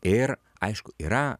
ir aišku yra